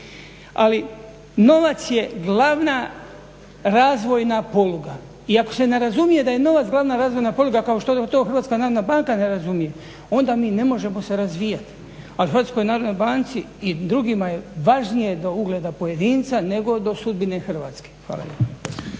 Ali, novac je glavna razvojna poluga i ako se ne razumije da je novac glavna razvojna poluga kao što to HNB ne razumije onda mi ne možemo se razvijati. Ali HNB-u i drugima je važnije do ugleda pojedinca nego do sudbine Hrvatske. Hvala.